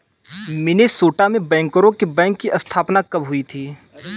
Minnesota में बैंकरों के बैंक की स्थापना कब हुई थी?